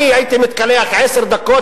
אני הייתי מתקלח עשר דקות,